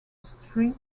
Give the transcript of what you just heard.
street